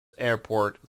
airport